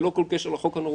ללא כל קשר לחוק הנורווגי.